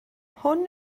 hwn